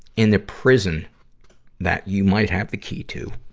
in a prison that you might have the key to?